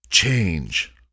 Change